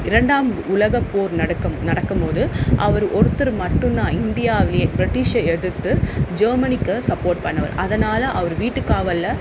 இரண்டாம் உலகப்போர் நடக்கும் நடக்கும் போது அவர் ஒருத்தர் மட்டும் தான் இந்தியாவிலேயே பிரிட்டிஷ்ஷை எதிர்த்து ஜெர்மெனிக்கு சப்போர்ட் பண்ணவர் அதனால் அவர் வீட்டு காவலில்